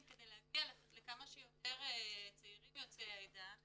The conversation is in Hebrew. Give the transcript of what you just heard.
כדי להגיע לכמה שיותר צעירים יוצאי העדה,